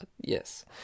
yes